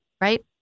right